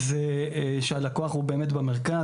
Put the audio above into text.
המדיניות של ההנהלה כלפי מטה היא שהלקוח הוא במרכז.